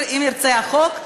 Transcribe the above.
אם ירצה החוק,